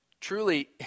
Truly